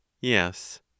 Yes